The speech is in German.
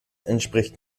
entspricht